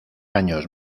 años